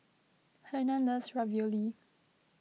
Hernan loves Ravioli